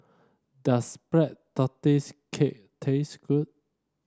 does Black Tortoise Cake taste good